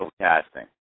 casting